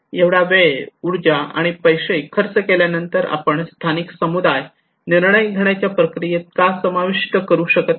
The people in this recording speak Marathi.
एवढा वेळ ऊर्जा आणि पैसे खर्च केल्यानंतर आपण स्थानिक समुदाय निर्णय घेण्याच्या प्रक्रियेत का समाविष्ट करू शकत नाही